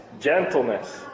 gentleness